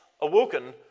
awoken